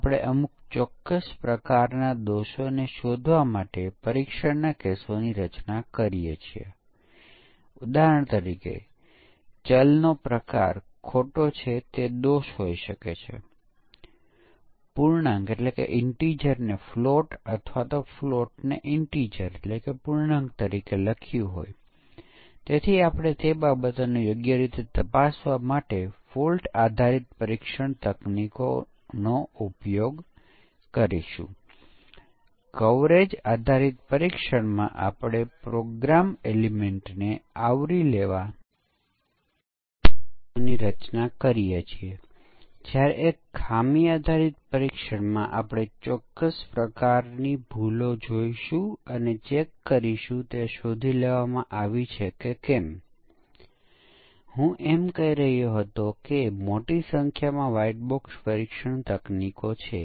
આપણે આ યુનિટનું પરીક્ષણ કરી રહ્યા છીએ અન્ય યુનિટથી સ્વતંત્ર અને તેથી આપણે અહીં એક સ્ટબનો ઉપયોગ કરીએ છીએ જે બીજા યુનિટની વર્તણૂકનું અનુકરણ કરે છે સંભવત આપણે અહીં ફક્ત કેટલાક મૂલ્યો સંગ્રહિત કર્યા છે જો આ અન્ય યુનિટને ડેટા 2 સાથે કોલ કરવામાં આવે છે તો તે ડેટા 11 આપે છે